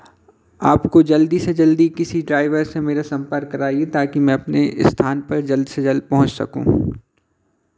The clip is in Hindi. आपको जल्दी से जल्दी किसी ड्राइवर से मेरे संपर्क कराइए ताकि में अपने स्थान पे जल्द से जल्द पहुँच सकूँ